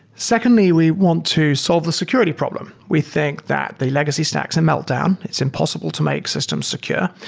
secondly, we want to solve the security problem. we think that the legacy stack is and meltdown. it's impossible to make systems secure.